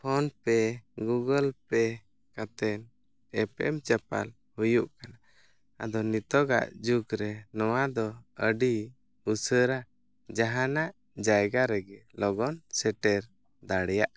PhonePe Google Pay ᱠᱟᱛᱮ ᱮᱯᱮᱢ ᱪᱟᱯᱟᱞ ᱦᱩᱭᱩᱜ ᱠᱟᱱᱟ ᱟᱫᱚ ᱱᱤᱛᱚᱜᱟᱜ ᱡᱩᱜᱽ ᱨᱮ ᱱᱚᱣᱟ ᱫᱚ ᱟᱹᱰᱤ ᱩᱥᱟᱹᱨᱟ ᱡᱟᱦᱟᱱᱟᱜ ᱡᱟᱭᱜᱟᱨᱮᱜᱮ ᱞᱚᱜᱚᱱ ᱥᱮᱴᱮᱨ ᱫᱟᱲᱮᱭᱟᱜ ᱠᱟᱱᱟ